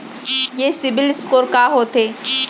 ये CIBIL score का होथे?